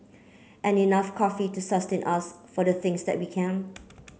and enough coffee to sustain us for the things that we can